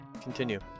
continue